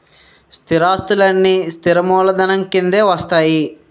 స్థిరాస్తులన్నీ స్థిర మూలధనం కిందే వస్తాయి